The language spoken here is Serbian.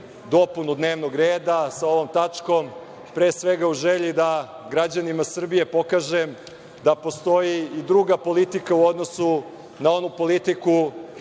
dopunu dnevnog reda sa ovom tačkom, pre svega u želji da građanima Srbije pokažem da postoji i druga politika u odnosu na onu politiku